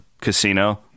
casino